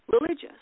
religious